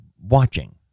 watching